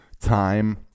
time